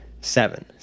Seven